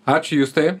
ačiū justai